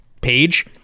page